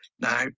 now